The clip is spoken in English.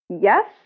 yes